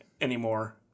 anymore